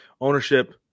ownership